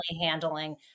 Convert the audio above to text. handling